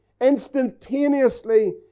instantaneously